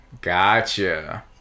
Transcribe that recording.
gotcha